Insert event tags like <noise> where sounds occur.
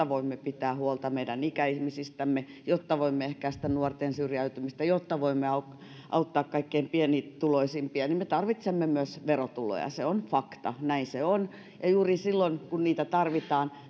<unintelligible> voimme pitää huolta meidän ikäihmisistämme ja jotta voimme ehkäistä nuorten syrjäytymistä ja jotta voimme auttaa auttaa kaikkein pienituloisimpia me tarvitsemme myös verotuloja ja se on fakta näin se on ja juuri silloin kun niitä tarvitaan